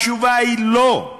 התשובה היא: לא.